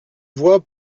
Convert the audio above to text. vois